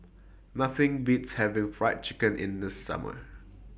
Nothing Beats having Fried Chicken in The Summer